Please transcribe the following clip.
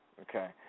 Okay